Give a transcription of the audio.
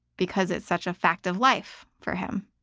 because it's such a fact of life for him.